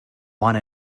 want